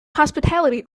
hospitality